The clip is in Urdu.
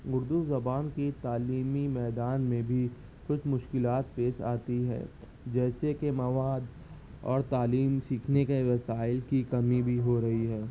اردو زبان کی تعلیمی میدان میں بھی کچھ مشکلات پیش آتی ہے جیسے کہ مواد اور تعلیم سیکھنے کے وسائل کی کمی بھی ہو رہی ہے